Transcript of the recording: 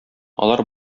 алар